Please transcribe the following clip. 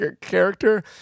character